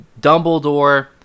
Dumbledore